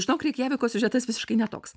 žinok reikjaviko siužetas visiškai ne toks